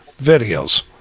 videos